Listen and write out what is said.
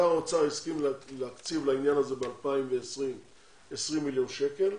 שר האוצר הסכים להקציב לעניין הזה ב-2020 20 מיליון שקל,